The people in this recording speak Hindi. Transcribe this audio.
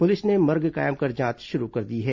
पुलिस ने मर्ग कायम कर जांच शुरू कर दी है